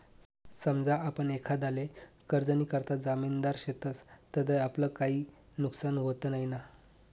समजा आपण एखांदाले कर्जनीकरता जामिनदार शेतस तधय आपलं काई नुकसान व्हत नैना?